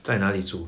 在哪里租